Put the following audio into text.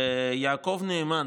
יעקב נאמן,